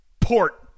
port